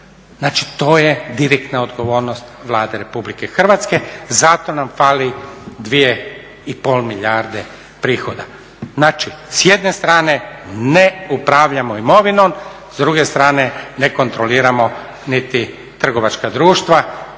znači to je direktna odgovornost Vlade Republike Hrvatske. Zato nam fali dvije i pol milijarde prihoda. Znači, s jedne strane ne upravljamo imovinom, s druge strane ne kontroliramo niti trgovačka društva,